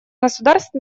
государств